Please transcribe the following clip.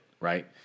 right